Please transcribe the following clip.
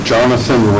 Jonathan